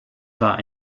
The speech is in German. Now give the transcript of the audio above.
war